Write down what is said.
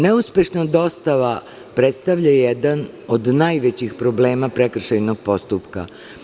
Neuspešna dostava predstavlja jedan od najvećih problema prekršajnog postupka.